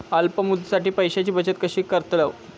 अल्प मुदतीसाठी पैशांची बचत कशी करतलव?